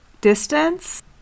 Distance